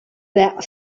their